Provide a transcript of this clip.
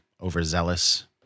overzealous